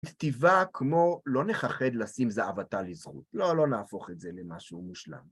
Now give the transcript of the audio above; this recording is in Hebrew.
כתיבה כמו לא נכחד לשים זה הוותה לזכות, לא, לא נהפוך את זה למשהו מושלם.